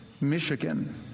Michigan